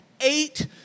eight